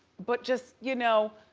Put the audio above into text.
but just you know,